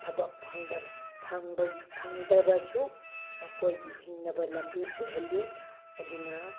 ꯊꯕꯛ ꯐꯪꯕꯒꯤ ꯐꯪꯗ꯭ꯔꯕꯁꯨ ꯃꯈꯣꯏꯒꯤ ꯍꯤꯡꯅꯕ ꯂꯝꯕꯤ ꯑꯣꯏꯍꯜꯂꯤ ꯑꯗꯨꯅ